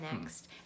next